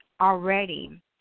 already